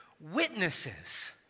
witnesses